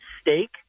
steak